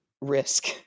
risk